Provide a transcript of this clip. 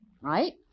right